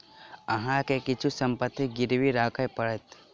अहाँ के किछ संपत्ति गिरवी राखय पड़त